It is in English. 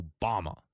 Obama